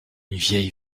vieille